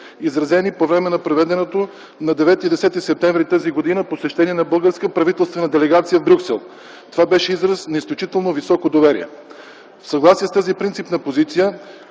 изразени по време на проведено на 9-10 септември т.г. посещение на българска правителствена делегация в Брюксел. Това беше израз на изключително високо доверие. В съгласие с тази принципна позиция